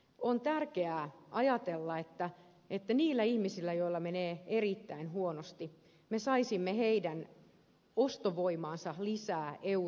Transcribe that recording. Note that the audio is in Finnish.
on tärkeää lisätä niiden ihmisten ostovoimaa joilla menee erittäin huonosti me saisimme heidän ostovoimaansa lisää eu